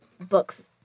books